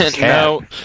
No